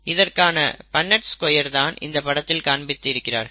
இதற்கான Punnett square தான் இந்த படத்தில் காண்பித்து இருக்கிறார்கள்